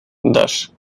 dos